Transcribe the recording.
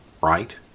right